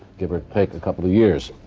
give or take a couple of years.